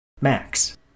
Max